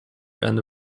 and